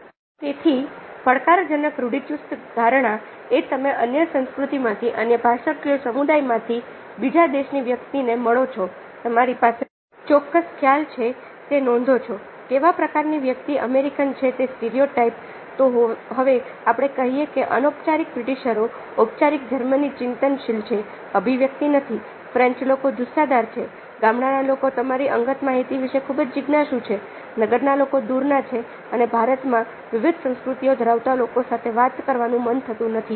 તેથી પડકાર જનક રૂઢિચુસ્ત ધારણા એ તમે અન્ય સંસ્કૃતિ માંથી અન્ય ભાષાકીય સમુદાય માંથી બીજા દેશની વ્યક્તિને મળો છો તમારી પાસે ચોક્કસ ખ્યાલ છે છે તે નોંધો છો કેવા પ્રકારની વ્યક્તિ અમેરિકન છે તે સ્ટીરીયોટાઈપ તો હવે આપણે કહીએ કે અનૌપચારિક બ્રિટીશરો ઔપચારીક જર્મની ચિંતનશીલ છે અભિવ્યક્તિ નથીફ્રેન્ચ લોકો જુસ્સાદાર છે ગામડાના લોકો તમારી અંગત માહિતી વિશે ખુબ જ જિજ્ઞાશું છે નગરના લોકો દૂર ના છે અને ભારતમાં વિવિધ સંસ્કૃતિઓ ધરાવતા લોકો સાથે વાત કરવાનું મન થતું નથી